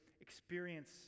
experience